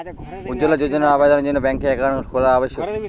উজ্জ্বলা যোজনার আবেদনের জন্য ব্যাঙ্কে অ্যাকাউন্ট খোলা আবশ্যক কি?